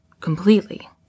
completely